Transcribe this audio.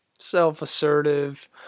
self-assertive